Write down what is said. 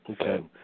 Okay